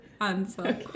answer